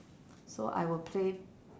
so I will play